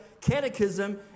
Catechism